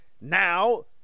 now